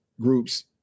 groups